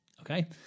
Okay